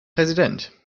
präsident